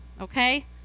okay